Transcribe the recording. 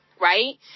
right